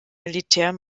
militär